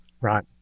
Right